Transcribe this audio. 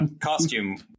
Costume